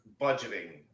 budgeting